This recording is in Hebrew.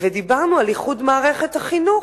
ודיברנו על איחוד מערכת החינוך.